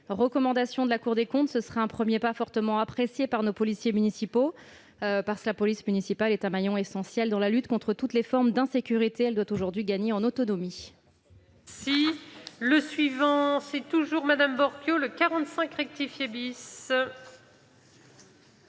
recommandation de la Cour des comptes. Ce serait un premier pas fortement apprécié de nos policiers municipaux. Parce qu'elle est un maillon essentiel dans la lutte contre toutes les formes d'insécurité, la police municipale doit aujourd'hui gagner en autonomie.